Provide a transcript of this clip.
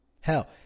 Hell